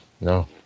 No